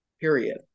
period